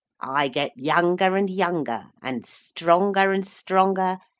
i get younger and younger, and stronger and stronger,